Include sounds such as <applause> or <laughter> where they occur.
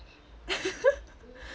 <laughs>